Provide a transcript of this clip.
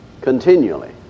Continually